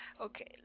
Okay